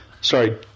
sorry